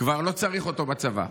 כבר לא צריך אותו בצבא.